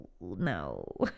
no